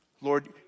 Lord